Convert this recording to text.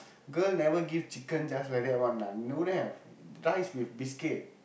girl never give chicken just like that one lah don't have rice with biscuit